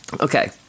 Okay